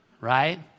right